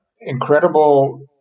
incredible